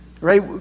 right